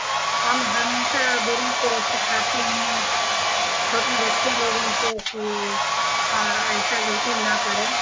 ہم ہمیشہ بڑوں کو سکھاتے ہیں چھوٹے بچے لوگوں کو کہ ایسا غلطی نہ کریں